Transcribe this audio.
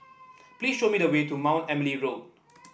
please show me the way to Mount Emily Road